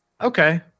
Okay